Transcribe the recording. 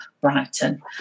Brighton